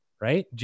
Right